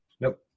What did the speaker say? Nope